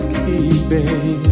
keeping